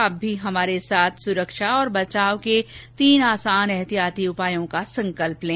आप भी हमारे साथ सुरक्षा और बचाव के तीन आसान एहतियाती उपायों का संकल्प लें